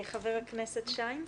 ח"כ שיין.